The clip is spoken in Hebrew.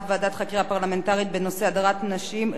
ועדת חקירה פרלמנטרית בנושא הדרת נשים,